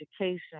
education